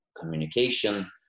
communication